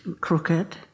crooked